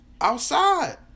Outside